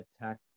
attack